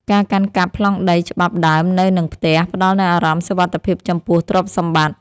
ការកាន់កាប់ប្លង់ដីច្បាប់ដើមនៅនឹងផ្ទះ ផ្តល់នូវអារម្មណ៍សុវត្ថិភាពចំពោះទ្រព្យសម្បត្តិ។